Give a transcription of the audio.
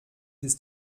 ist